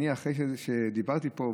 אחרי שדיברתי פה,